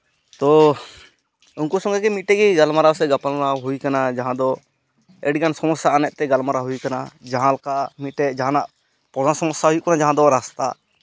ᱛᱳ ᱩᱱᱠᱩ ᱥᱚᱸᱜᱮ ᱜᱮ ᱢᱤᱫ ᱛᱮᱜᱮ ᱜᱟᱞᱢᱟᱨᱟᱣ ᱥᱮ ᱜᱟᱯᱟᱞᱢᱟᱨᱟᱣ ᱦᱩᱭ ᱠᱟᱱᱟ ᱡᱟᱦᱟᱸ ᱫᱚ ᱟᱹᱰᱤᱜᱟᱱ ᱥᱚᱢᱚᱥᱥᱟ ᱟᱱᱮᱡ ᱛᱮ ᱜᱟᱞᱢᱟᱨᱟᱣ ᱦᱩᱭ ᱟᱠᱟᱱᱟ ᱡᱟᱦᱟᱸ ᱞᱮᱠᱟ ᱢᱤᱫᱴᱮᱡ ᱡᱟᱦᱟᱱᱟᱜ ᱢᱤᱫ ᱵᱚᱲᱚ ᱥᱚᱢᱚᱥᱥᱟ ᱦᱩᱭᱩᱜ ᱠᱟᱱᱟ ᱡᱟᱦᱟᱸ ᱫᱚ ᱨᱟᱥᱛᱟ